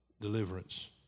deliverance